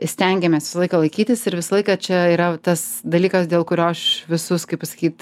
stengiamės visą laiką laikytis ir visą laiką čia yra tas dalykas dėl kurio aš visus kaip pasakyt